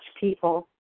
people